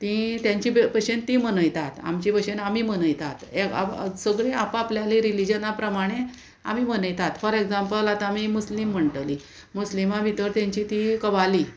ती तेंची भशेन ती मनयतात आमचे भशेन आमी मनयतात सगळीं आप आपल्याली रिलीजना प्रमाणे आमी मनयतात फॉर एग्जांपल आतां आमी मुस्लीम म्हणटली मुस्लिमा भितर तेंची ती कवाली